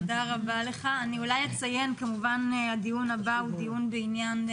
אני רוצה בהזדמנות